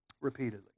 Repeatedly